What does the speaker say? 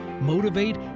motivate